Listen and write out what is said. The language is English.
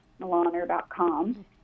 Milaner.com